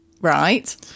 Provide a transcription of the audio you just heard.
right